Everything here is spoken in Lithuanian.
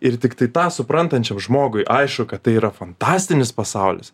ir tiktai tą suprantančiam žmogui aišku kad tai yra fantastinis pasaulis